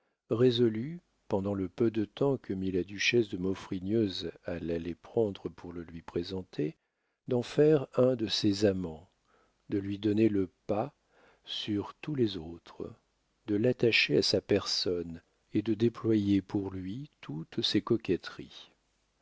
résolut pendant le peu de temps que mit la duchesse de maufrigneuse à l'aller prendre pour le lui présenter d'en faire un de ses amants de lui donner le pas sur tous les autres de l'attacher à sa personne et de déployer pour lui toutes ses coquetteries